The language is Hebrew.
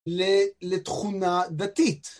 לתכונה דתית.